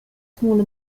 smaller